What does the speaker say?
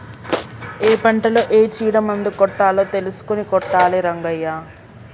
ఏ పంటలో ఏ చీడ మందు కొట్టాలో తెలుసుకొని కొట్టాలి రంగయ్య